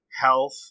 health